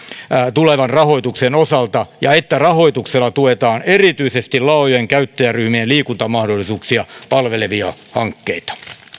tulevan rahoituksen osalta ja että rahoituksella tuetaan erityisesti laajojen käyttäjäryhmien liikuntamahdollisuuksia palvelevia hankkeita